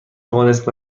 توانست